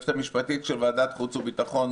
היועצת המשפטית של ועדת החוץ והביטחון,